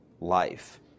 life